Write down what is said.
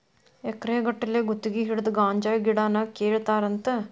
ಎಕರೆ ಗಟ್ಟಲೆ ಗುತಗಿ ಹಿಡದ ಗಾಂಜಾ ಗಿಡಾನ ಕೇಳತಾರಂತ